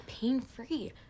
pain-free